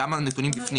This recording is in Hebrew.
גם הנתונים בפנים.